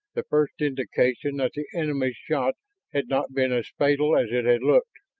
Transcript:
the first indication that the enemy's shot had not been as fatal as it had looked.